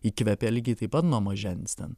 įkvepė lygiai taip pat nuo mažens ten